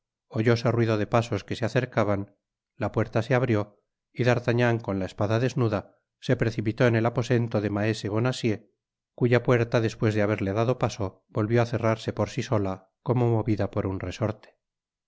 oyóse ruido de pasos que se acercaban la puerta se abrió y d'artagnan con la espada desnuda se precipitó en el aposento de maese bonacieux cuya puerta despues de haberle dado paso volvió á cerrarse por si sola como movida por un resorte